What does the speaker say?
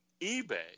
eBay